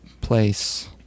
place